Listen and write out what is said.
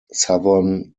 southern